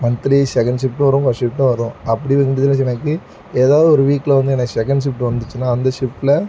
monthly second ஷிஃப்ட்டும் வரும் first ஷிஃப்ட்டும் வரும் அப்படி வந்ததுனுச்சு எனக்கு ஏதாது ஒரு வீக்கில் வந்து எனக்கு செகண்ட் ஷிஃப்ட் வந்துச்சினா அந்த ஷிஃப்ட்டில்